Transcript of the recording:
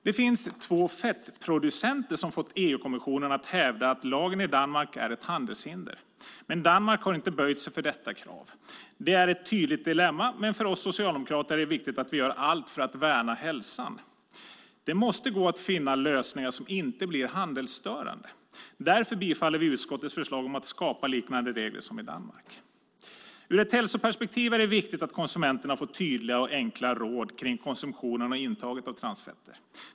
Det finns två fettproducenter som fått EU-kommissionen att hävda att lagen i Danmark är ett handelshinder, men Danmark har inte böjt sig för detta krav. Det är ett tydligt dilemma, men för oss socialdemokrater är det viktigt att vi gör att allt för att värna hälsan. Det måste gå att finna lösningar som inte blir handelsstörande. Därför bifaller vi utskottets förslag om att skapa liknande regler som i Danmark. Ur ett hälsoperspektiv är det viktigt att konsumenterna får tydliga och enkla råd kring konsumtionen och intaget av transfetter.